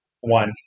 one